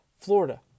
Florida